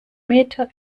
meter